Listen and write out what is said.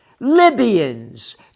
Libyans